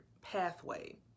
Pathway